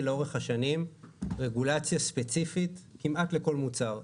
לאורך השנים רגולציה ספציפית כמעט לכל מוצר,